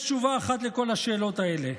יש תשובה אחת לכל השאלות האלה: